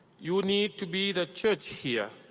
you need to be the church here,